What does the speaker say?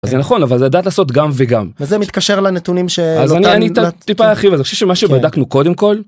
זה נכון אבל לדעת לעשות גם וגם... וזה מתקשר לנתונים ש... אז אני טיפה ארחיב על זה, אני חושב שמה שבדקנו קודם כל.